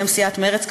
בשם סיעת מרצ,